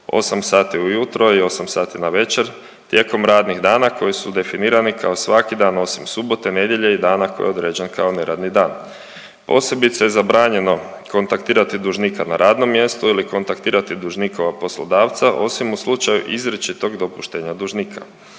sati ujutro i 8 sati navečer tijekom radnih dana koji su definirani kao svaki dan osim subote, nedjelje i dana koji je određen kao neradni dan. Posebice je zabranjeno kontaktirati dužnika na radnom mjestu ili kontaktirati dužnikova poslodavca, osim u slučaju izričitog dopuštenja dužnika.